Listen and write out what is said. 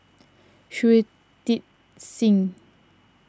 Shui Tit Sing